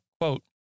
quote